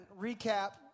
recap